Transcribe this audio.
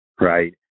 Right